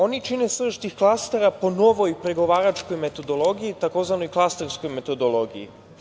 Oni čine srž tih klastera po novoj pregovaračkoj metodologiji, tzv. klasterskoj metodologiji.